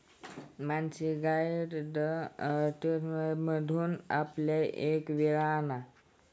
Mansi garden टूल्समधून आपण एक विळा आणा